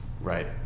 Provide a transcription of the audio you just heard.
Right